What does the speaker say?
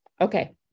okay